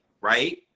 right